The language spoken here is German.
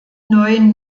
neuen